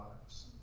lives